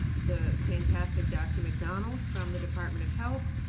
the fantastic dr. mcdonald from the department of health.